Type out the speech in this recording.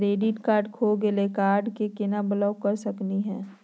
Credit card खो गैली, card क केना ब्लॉक कर सकली हे?